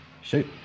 Shoot